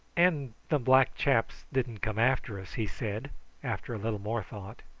and the black chaps didn't come after us, he said after a little more thought.